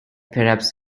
perhaps